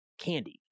candy